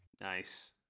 Nice